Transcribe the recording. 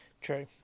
true